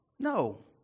No